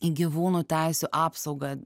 į gyvūnų teisių apsaugą